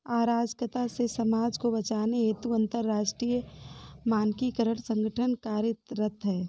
अराजकता से समाज को बचाने हेतु अंतरराष्ट्रीय मानकीकरण संगठन कार्यरत है